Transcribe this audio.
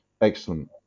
Excellent